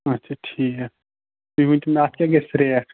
اَچھا ٹھیٖک یہِ ؤنۍتَو مےٚ اَتھ کیٛاہ گَژھِ ریٹ